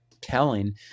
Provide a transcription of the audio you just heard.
telling